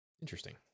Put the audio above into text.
Interesting